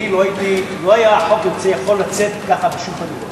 החוק לא היה יכול לצאת כך בשום פנים ואופן.